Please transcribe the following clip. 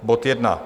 Bod 1.